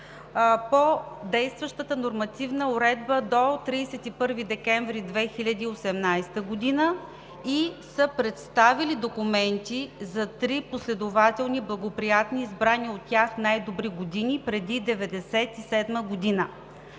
по действащата нормативна уредба до 31 декември 2018 г. и са представили документи за три последователни благоприятни и избрани от тях най-добри години преди 1997 г.